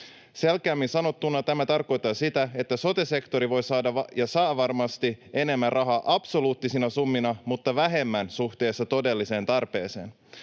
Selkeämmin sanottuna tämä tarkoittaa sitä, että sote-sektori saa varmasti enemmän rahaa absoluuttisina summina mutta vähemmän suhteessa todelliseen tarpeeseen.